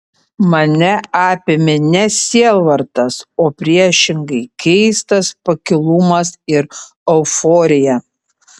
mane apėmė ne sielvartas o priešingai keistas pakilumas ir euforija